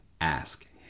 ask